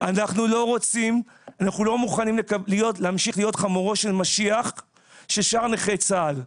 אנחנו לא מוכנים להמשיך להיות חמורו של משיח של שאר נכי צה"ל.